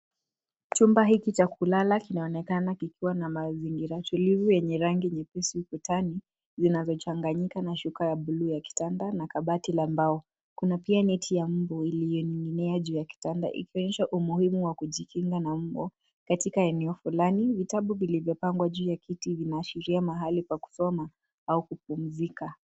Chumba hiki cha kulala kinaonekana kikiwa na mazingira tulivu yenye rangi nyepesi ukutani, zinazochanganyika na shuka ya blue ya kitanda na kabati la mbao. Kuna pia neti ya mbu, ilioning'inia juu ya kitanda ikionyesha umuhimu wa kujikinga na mbu, katika eneo fulani vitabu vilivyopangwa juu ya kiti vinaashiria sehemu ya kusoma, au kupumzika.